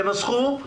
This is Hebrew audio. תנסחו.